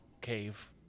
cave